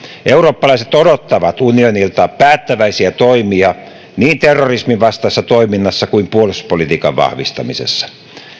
eurooppalaiset odottavat unionilta päättäväisiä toimia niin terrorismin vastaisessa toiminnassa kuin puolustuspolitiikan vahvistamisessa